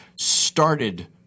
started –